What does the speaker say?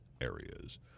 areas